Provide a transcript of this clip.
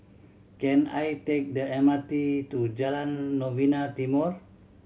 can I take the M R T to Jalan Novena Timor